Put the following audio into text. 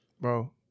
bro